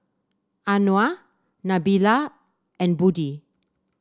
Anuar Nabila and Budi